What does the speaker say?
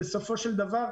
בסופו של דבר,